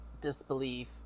disbelief